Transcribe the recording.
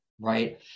right